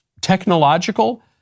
technological